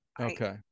Okay